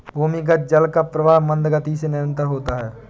भूमिगत जल का प्रवाह मन्द गति से निरन्तर होता है